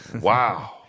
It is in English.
Wow